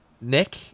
Nick